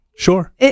Sure